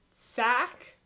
sack